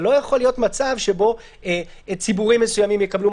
תחשבו על